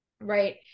right